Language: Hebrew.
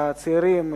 לצעירים,